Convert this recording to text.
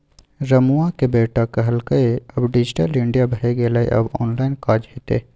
रमुआक बेटा कहलकै आब डिजिटल इंडिया भए गेलै आब ऑनलाइन काज हेतै